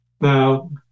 Now